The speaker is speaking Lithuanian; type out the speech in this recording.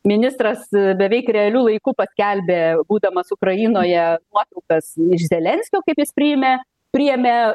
ministras beveik realiu laiku paskelbė būdamas ukrainoje nuotraukas iš zelenskio kaip jis priėmė priėmė